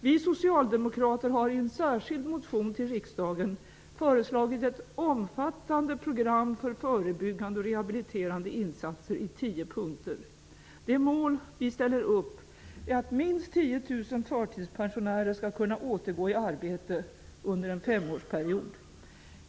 Vi socialdemokrater har i en särskild motion till riksdagen föreslagit ett omfattande program i tio punkter för förebyggande och rehabiliterande insatser. Det mål vi ställer upp är att minst 10 000 förtidspensionärer skall kunna återgå i arbete under en femårsperiod.